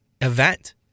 event